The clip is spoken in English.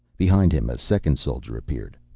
behind him a second soldier appeared,